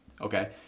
okay